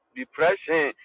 Depression